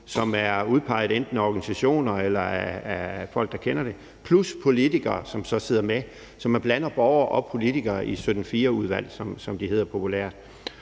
de er udpeget af enten organisationer eller folk, der kender det – plus politikere, som sidder med. Så man blander borgere og politikere i 17-4-udvalg, som de hedder populært.